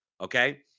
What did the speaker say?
Okay